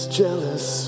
jealous